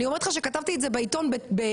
אני אומרת לך שכתבתי את זה בעיתון במאמר,